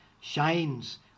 shines